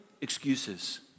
excuses